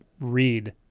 read